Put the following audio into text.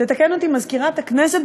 תתקן אותי מזכירת הכנסת,